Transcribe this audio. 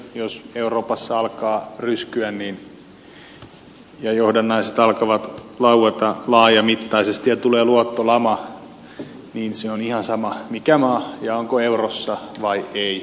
jos euroopassa alkaa ryskyä ja johdannaiset alkavat laueta laajamittaisesti ja tulee luottolama niin se on ihan sama mikä maa ja onko eurossa vai ei